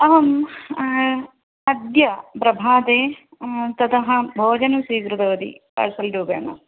अहं अद्य प्रभाते ततः भोजनं स्वीकृतवती पार्सल्रूपेण